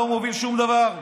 הוא לא מוביל שום דבר.